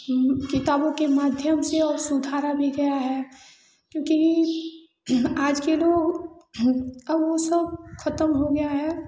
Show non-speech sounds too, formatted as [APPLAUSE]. [UNINTELLIGIBLE] किताबों के माध्यम से और सुधारा भी गया है क्योंकि आखिर ओ हूँ अब वो सब खत्म हो गया है